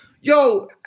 yo